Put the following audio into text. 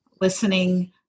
listening